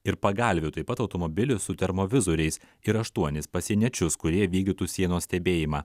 ir pagalvių taip pat automobilį su termovizoriais ir aštuonis pasieniečius kurie vykdytų sienos stebėjimą